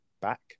back